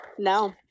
No